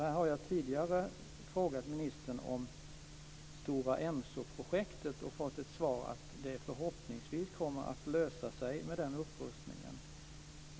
Jag har tidigare frågat ministern om Stora Enso-projektet och fått svaret att det förhoppningsvis kommer att lösa sig med den upprustningen.